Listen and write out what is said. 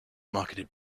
marketed